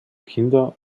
kinder